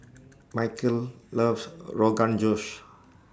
Micheal loves Rogan Josh